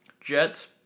Jets